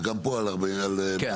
וגם פה על 40. כן,